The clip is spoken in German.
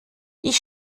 ich